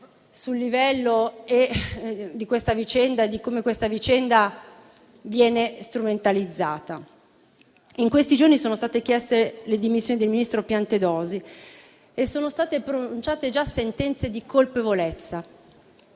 sul livello di questa vicenda e su come essa viene strumentalizzata. In questi giorni sono state chieste le dimissioni del ministro Piantedosi e sono state pronunciate già sentenze di colpevolezza,